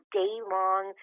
day-long